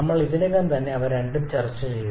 നമ്മൾ ഇതിനകം തന്നെ അവ രണ്ടും ചർച്ചചെയ്തു